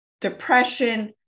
depression